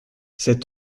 cet